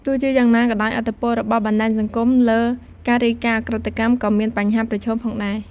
ទោះជាយ៉ាងណាក៏ដោយ ឥទ្ធិពល របស់ បណ្ដាញសង្គម លើ ការរាយការណ៍ឧក្រិដ្ឋកម្ម ក៏មាន បញ្ហាប្រឈម ផងដែរ។